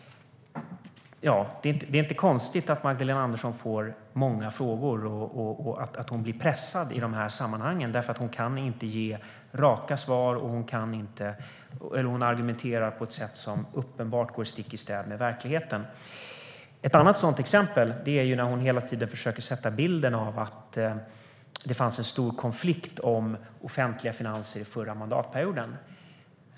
Det är inte konstigt att Magdalena Andersson får många frågor och blir pressad i de här sammanhangen, för hon kan inte ge raka svar, och hon argumenterar på ett sätt som uppenbarligen går stick i stäv med verkligheten. Ett annat sådant exempel är när hon hela tiden försöker sätta bilden av att det fanns en stor konflikt om offentliga finanser under förra mandatperioden.